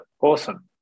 Awesome